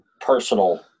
personal